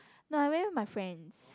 no I went with my friends